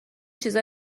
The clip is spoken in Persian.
چیزا